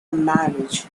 marriage